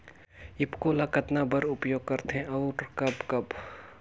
ईफको ल कतना बर उपयोग करथे और कब कब?